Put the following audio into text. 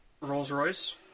Rolls-Royce